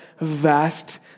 vast